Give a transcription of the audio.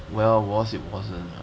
well was it wasn't